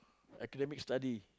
academic study